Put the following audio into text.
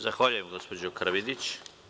Zahvaljujem gospođo Karavidić.